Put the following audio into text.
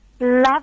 love